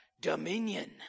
Dominion